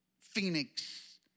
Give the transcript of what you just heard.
Phoenix